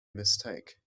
mistake